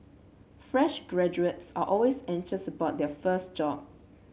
fresh graduates are always anxious about their first job